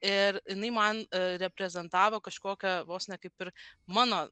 ir jinai man reprezentavo kažkokią vos ne kaip ir mano